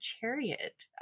chariot